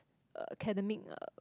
academic uh